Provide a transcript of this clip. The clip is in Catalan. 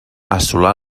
assolar